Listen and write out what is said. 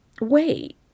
Wait